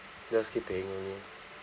just keep paying only